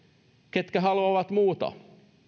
ketkä haluavat muuta